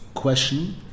question